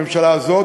הממשלה הזאת,